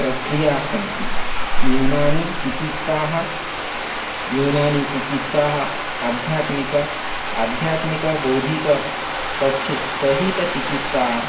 प्रक्रियाः सन्ति यूनानि चिकित्साः यूनानि चिकित्साः आध्यात्मिकम् आध्यात्मिकबौधिकपक्षे सहितचिकित्सा